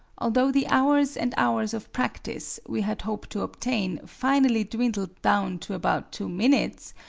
although the hours and hours of practice we had hoped to obtain finally dwindled down to about two minutes,